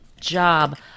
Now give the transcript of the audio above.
job